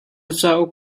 cauk